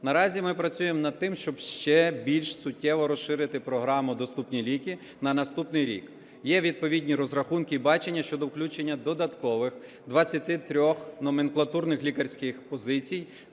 Наразі ми працюємо над тим, щоб ще більш суттєво розширити програму "Доступні ліки" на наступний рік. Є відповідні розрахунки і бачення щодо включення додаткових 23 номенклатурних лікарських позицій